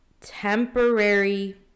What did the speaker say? temporary